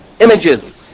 images